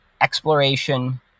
exploration